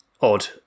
odd